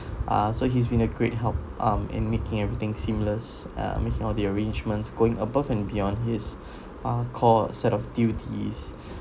ah so he's been a great help um in making everything seamless uh making all the arrangements going above and beyond his uh core set of duties